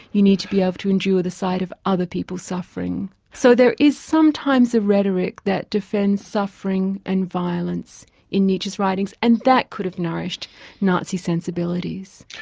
you need to be able to endure the sight of other people suffering. so there is sometimes a rhetoric that defends suffering and violence in nietzsche's writings, and that could have nourished nazi sensibilities.